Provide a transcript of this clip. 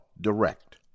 DIRECT